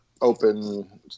open